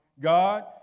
God